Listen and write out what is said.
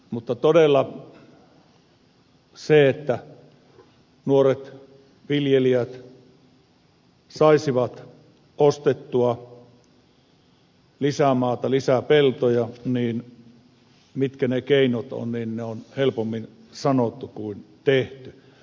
mutta todella että nuoret viljelijät saisivat ostettua lisämaata lisäpeltoja mitkä ne keinot ovat on helpommin sanottu kuin tehty